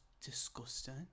disgusting